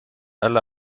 alle